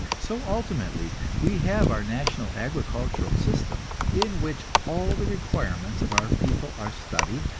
so ultimately we have our national agricultural system, in which all the requirements of our people are studied,